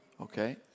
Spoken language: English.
Okay